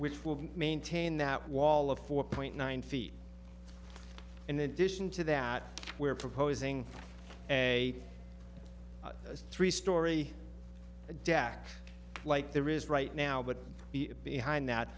which will maintain that wall of four point nine feet in addition to that we're proposing a three storey deck like there is right now but behind that